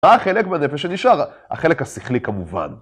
אה, חלק מהנפש שנשאר, החלק השכלי כמובן.